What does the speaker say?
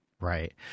Right